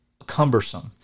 cumbersome